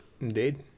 Indeed